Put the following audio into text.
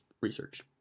research